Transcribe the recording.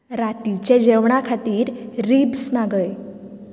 रातीचे जेवणा खातीर रिब्स मागय